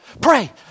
Pray